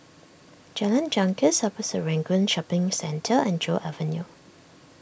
Jalan Janggus Upper Serangoon Shopping Centre and Joo Avenue